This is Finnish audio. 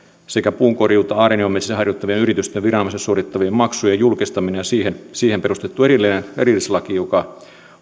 puunkorjuuta aarniometsissä harjoittavien yritysten viranomaisille suorittamien maksujen julkistaminen ja siihen siihen perustettu erillislaki erillislaki joka